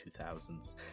2000s